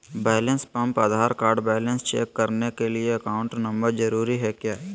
Balance pump Aadhaar card balance check करने के लिए अकाउंट नंबर जरूरी है क्या?